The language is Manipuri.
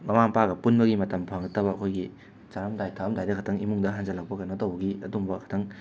ꯃꯃꯥ ꯃꯄꯥꯒ ꯄꯨꯟꯕꯒꯤ ꯃꯇꯝ ꯐꯪꯂꯛꯇꯕ ꯑꯩꯈꯣꯏꯒꯤ ꯆꯥꯔꯝꯗꯥꯏ ꯊꯛꯂꯝꯗꯥꯏꯗ ꯈꯛꯇꯪ ꯏꯃꯨꯡꯗ ꯍꯟꯖꯤꯜꯂꯛꯄ ꯀꯩꯅꯣ ꯇꯧꯕꯒꯤ ꯑꯗꯨꯒꯨꯝꯕ ꯈꯇꯪ